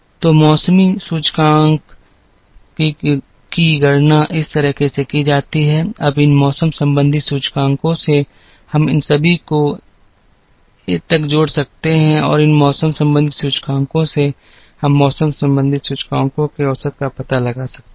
तो मौसम संबंधी सूचकांकों की गणना इस तरह से की जाती है अब इन मौसम संबंधी सूचकांकों से हम इन सभी को 1 तक जोड़ सकते हैं और इन मौसम संबंधी सूचकांकों से हम मौसम संबंधी सूचकांकों के औसत का पता लगा सकते हैं